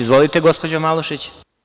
Izvolite, gospođo Malušić.